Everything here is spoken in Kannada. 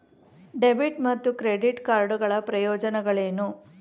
ಡೆಬಿಟ್ ಮತ್ತು ಕ್ರೆಡಿಟ್ ಕಾರ್ಡ್ ಗಳ ಪ್ರಯೋಜನಗಳೇನು?